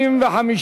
התשע"ו 2016,